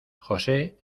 josé